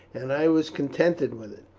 and i was contented with it.